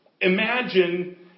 Imagine